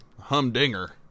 humdinger